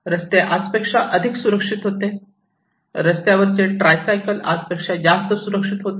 रस्ते आजपेक्षा अधिक सुरक्षित होते रस्त्यावरचे ट्रायसायकल आजपेक्षा जास्त सुरक्षित होते